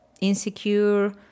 insecure